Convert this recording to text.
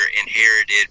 inherited